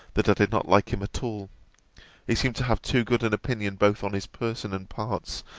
that i did not like him at all he seemed to have too good an opinion both on his person and parts,